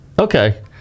Okay